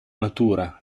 natura